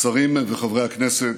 השרים וחברי הכנסת,